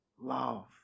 love